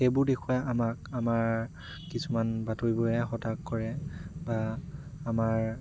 সেইবোৰ দেখুৱাই আমাক আমাৰ কিছুমান বাতৰিবোৰে হতাশ কৰে বা আমাৰ